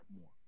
more